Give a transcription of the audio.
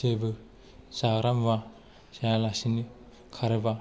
जेबो जाग्रा मुवा जायालासिनो खारोब्ला